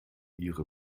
ihre